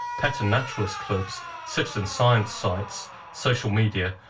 pet and naturalist clubs, citizen science sites, social media,